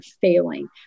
failing